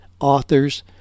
authors